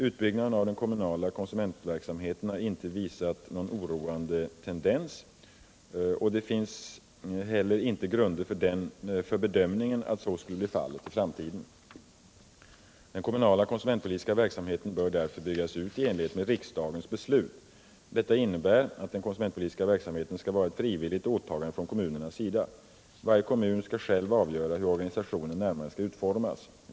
Utbyggnaden av den kommunala konsumentverksamheten har inte visat någon oroande tendens, och det finns heller inte grunder för bedömningen att så skulle bli fallet i framtiden. Den kommunala konsumentpolitiska verksamheten bör därför byggas ut i enlighet med riksdagens beslut. Detta innebär att den konsumentpolitiska verksamheten skall vara ett frivilligt åtagande från kommunernas sida. Varje kommun skall själv avgöra hur organisationen närmare skall utformas.